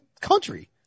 country